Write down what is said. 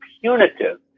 punitive